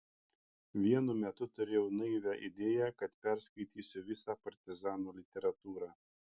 vienu metu turėjau naivią idėją kad perskaitysiu visą partizanų literatūrą